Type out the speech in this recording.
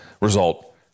result